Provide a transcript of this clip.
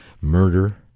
murder